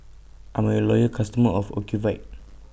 I'm A Loyal customer of Ocuvite